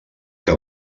que